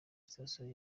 sitasiyo